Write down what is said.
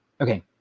Okay